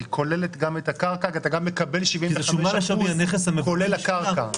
היא כוללת גם את הקרקע כי אתה גם מקבל 75% כולל הקרקע.